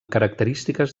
característiques